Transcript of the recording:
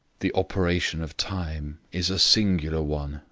the operation of time is a singular one,